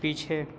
पीछे